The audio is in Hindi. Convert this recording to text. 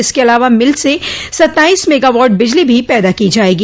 इसके अलावा मिल से सत्ताईस मेगावाट बिजली भी पैदा की जायेगी